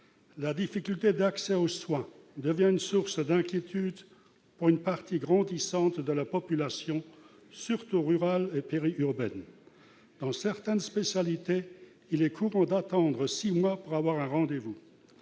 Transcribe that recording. la difficulté d'accès aux soins devient une source d'inquiétude pour une partie grandissante de la population, surtout rurale et périurbaine. Dans certaines spécialités, il est courant d'attendre six mois pour avoir un rendez-vous.